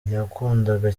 yakundaga